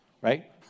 right